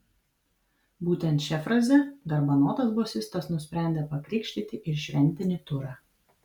būtent šia fraze garbanotas bosistas nusprendė pakrikštyti ir šventinį turą